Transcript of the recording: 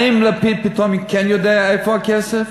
האם לפיד פתאום כן יודע איפה הכסף?